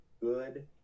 good